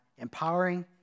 empowering